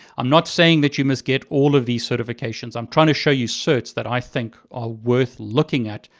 i'm not saying that you must get all of these certifications. i'm trying to show you certs that i think are worth looking at,